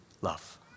love